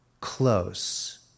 close